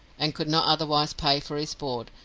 and could not otherwise pay for his board,